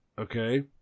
okay